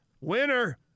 winner